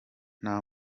nta